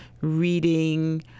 reading